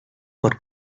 por